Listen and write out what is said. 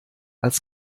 als